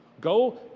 Go